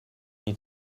need